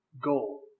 goal